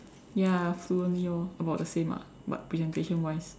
ya fluently lor about the same ah but presentation wise